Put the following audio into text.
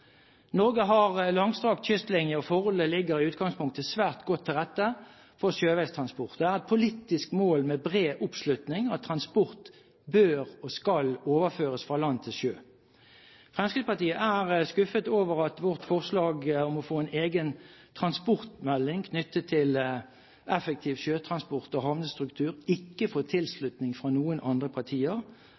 Norge har en langstrakt kystlinje, og forholdene ligger i utgangspunktet svært godt til rette for sjøveis transport. Det er et politisk mål med bred oppslutning at transport bør og skal overføres fra land til sjø. Fremskrittspartiet er skuffet over at vårt forslag om å få en egen transportmelding knyttet til effektiv sjøtransport og havnestruktur ikke får tilslutning fra noen andre partier.